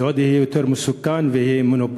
זה יהיה עוד יותר מסוכן, ויהיה מונופול.